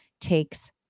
takes